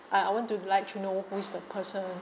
I I want to let you know who is the person